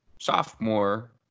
sophomore